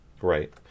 Right